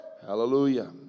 Hallelujah